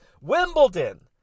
Wimbledon